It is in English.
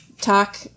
talk